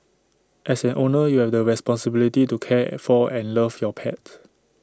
as an owner you have the responsibility to care for and love your pet